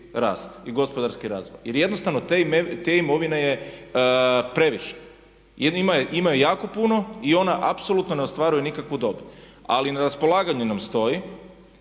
i gospodarski razvoj, jer jednostavno te imovine je previše jer ima je jako puno i ona apsolutno ne ostvaruje nikakvu dobit. Ali na raspolaganju nam stoji